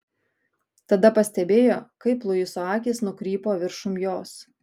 tada pastebėjo kaip luiso akys nukrypo viršum jos